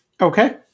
Okay